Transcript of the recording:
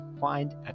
find